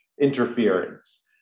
interference